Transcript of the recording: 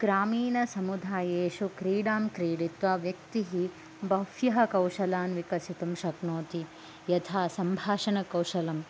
ग्रामीणसमुदायेषु क्रीडां क्रीडित्वा व्यक्तिः बह्वयः कौशलान् विकसितुं शक्नोति यथा सम्भाषणकौशलम्